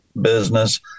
business